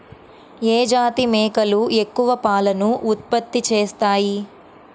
ఏ జాతి మేకలు ఎక్కువ పాలను ఉత్పత్తి చేస్తాయి?